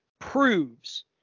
proves